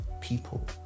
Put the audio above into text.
people